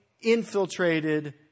infiltrated